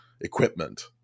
equipment